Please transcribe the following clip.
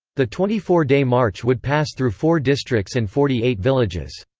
the twenty four day march would pass through four districts and forty eight villages.